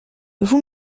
vous